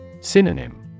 SYNONYM